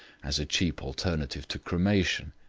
as a cheap alternative to cremation.